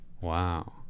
wow